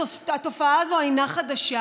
התופעה הזאת אינה חדשה.